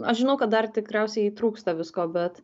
aš žinau kad dar tikriausiai trūksta visko bet